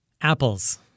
Apples